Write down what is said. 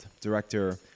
director